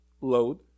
load